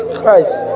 Christ